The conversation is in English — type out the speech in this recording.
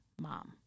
mom